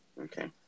Okay